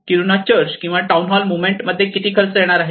Kiruna church किंवा town hall movement मध्ये किती खर्च येणार आहे